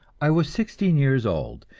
i was sixteen years old,